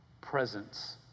presence